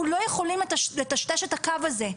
אנחנו לא יכולים לטשטש את הקו הזה.